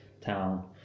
town